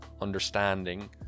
understanding